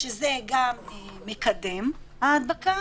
שזה גם מקדם ההדבקה